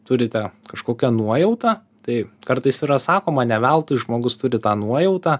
turite kažkokią nuojautą tai kartais yra sakoma ne veltui žmogus turi tą nuojautą